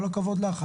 וכל הכבוד לך,